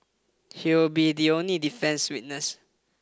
he will be the only defence witness